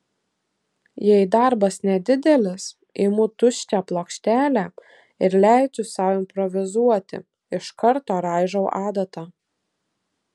jei darbas nedidelis imu tuščią plokštelę ir leidžiu sau improvizuoti iš karto raižau adata